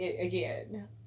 Again